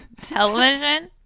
television